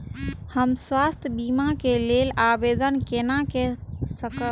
हम स्वास्थ्य बीमा के लेल आवेदन केना कै सकब?